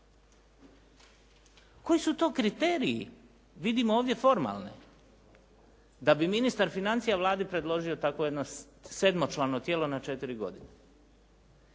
Koji su to kriteriji, vidimo ovdje formalne, da bi ministar financija Vladi predložio takvo jedno sedmočlano tijelo na 4 godine?